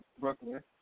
Brooklyn